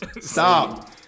Stop